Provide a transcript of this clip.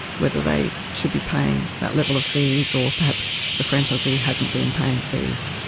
whether they should be paying that level of fees or perhaps the franchisee hasn't been paying fees.